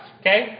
okay